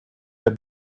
der